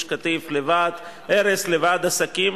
למרות הרבה ספקות.